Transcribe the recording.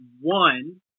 One